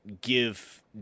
give